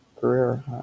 career